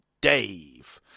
Dave